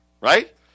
Right